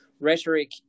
rhetoric